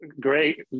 Great